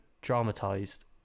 dramatized